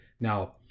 Now